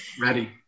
Ready